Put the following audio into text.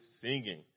singing